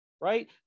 right